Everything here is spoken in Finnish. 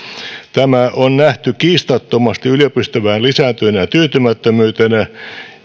tämä on nähty kiistattomasti yliopistoväen lisääntyvänä tyytymättömyytenä ja